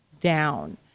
down